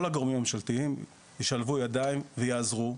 הגורמים הממשלתיים ישלבו ידיים ויעזרו.